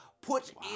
Put